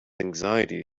anxiety